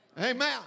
Amen